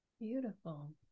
beautiful